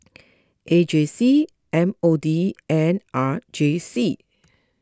A J C M O D and R J C